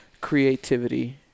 creativity